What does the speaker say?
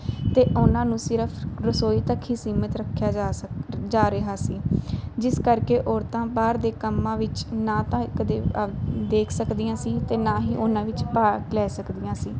ਅਤੇ ਉਹਨਾਂ ਨੂੰ ਸਿਰਫ ਰਸੋਈ ਤੱਕ ਹੀ ਸੀਮਤ ਰੱਖਿਆ ਜਾ ਸਕਦਾ ਜਾ ਰਿਹਾ ਸੀ ਜਿਸ ਕਰਕੇ ਔਰਤਾਂ ਬਾਹਰ ਦੇ ਕੰਮਾਂ ਵਿੱਚ ਨਾ ਤਾਂ ਇੱਕ ਦੇ ਦੇਖ ਸਕਦੀਆਂ ਸੀ ਅਤੇ ਨਾ ਹੀ ਉਹਨਾਂ ਵਿੱਚ ਭਾਗ ਲੈ ਸਕਦੀਆਂ ਸੀ